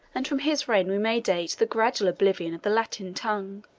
and from his reign we may date the gradual oblivion of the latin tongue.